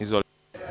Izvolite.